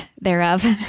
thereof